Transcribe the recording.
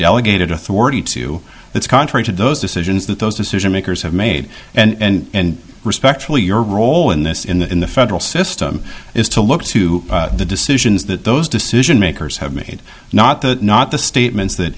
delegated authority to it's contrary to those decisions that those decision makers have made and respectfully your role in this in the federal system is to look to the decisions that those decision makers have made not the not the statements that